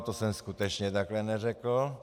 To jsem skutečně takhle neřekl.